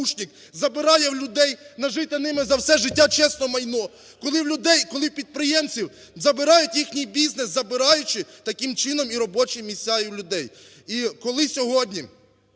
коли в людей, коли в підприємців забирають їхній бізнес, забираючи таким чином і робочі місця і в людей. І коли сьогодні,